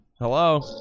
Hello